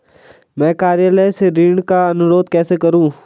मैं कार्यालय से ऋण का अनुरोध कैसे करूँ?